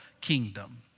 kingdom